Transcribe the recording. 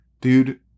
Dude